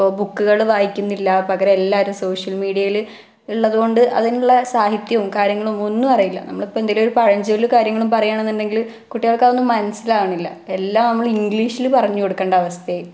ഇപ്പോള് ബുക്കുകള് വായിക്കുന്നില്ല പകരം എല്ലാവരും സോഷ്യൽ മീഡിയയില് ഉള്ളതുകൊണ്ട് അതിനുള്ള സാഹിത്യവും കാര്യങ്ങളും ഒന്നും അറിയില്ല നമ്മളിപ്പോള് എന്തെങ്കിലുമൊരു പഴഞ്ചൊല്ലും കാര്യങ്ങളും പറയുകയാണെന്നുണ്ടെങ്കില് കുട്ടികൾക്കതൊന്നും മനസിലാവുന്നില്ല എല്ലാം നമ്മള് ഇംഗ്ളീഷില് പറഞ്ഞു കൊടുക്കേണ്ട അവസ്ഥയായി